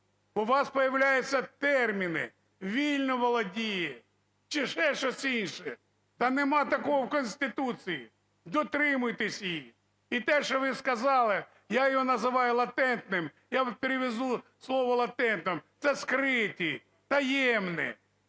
У вас появляються терміни "вільно володіє" чи ще щось інше. Та нема такого в Конституції. Дотримуйтесь її. І те, що ви сказали, я його називаю латентним. Я вам перекладу слово "латентні". Це скриті, таємні,